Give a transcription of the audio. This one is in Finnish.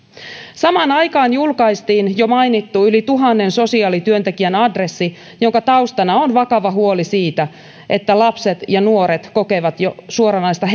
samaan aikaan julkaistiin jo mainittu yli tuhannen sosiaalityöntekijän adressi jonka taustalla on vakava huoli siitä että lapset ja nuoret kokevat jo suoranaista